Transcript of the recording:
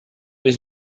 was